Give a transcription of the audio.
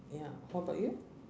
ya how about you